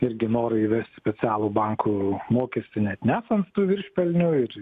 irgi norą įvesti specialų bankų mokestį net nesant tų viršpelnių ir